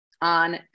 on